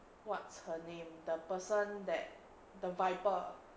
what's her name the person that the viper